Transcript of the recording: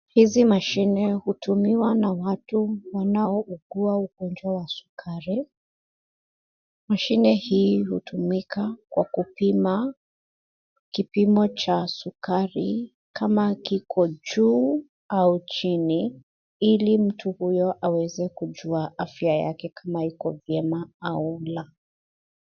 Hizi mashine hutumiwa na watu wanaougua ugonjwa wa sukari. Mashine hii hutumika kwa kupima kipimo cha sukari kama kiko juu au chini ili mtu huyo aweze kujua afya yake kama iko vyema au la.